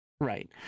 right